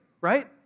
right